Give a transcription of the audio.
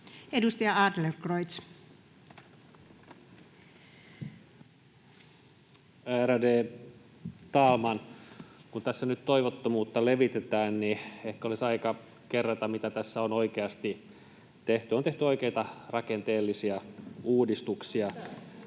Ärade talman! Kun tässä nyt toivottomuutta levitetään, niin ehkä olisi aika kerrata, mitä tässä on oikeasti tehty. On tehty oikeita rakenteellisia uudistuksia.